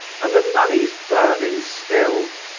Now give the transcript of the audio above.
and the money's burning still,